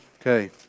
okay